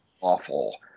awful